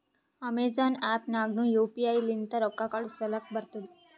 Amazon app ನಾಗ್ನು U P I ಲಿಂತ ರೊಕ್ಕಾ ಕಳೂಸಲಕ್ ಬರ್ತುದ್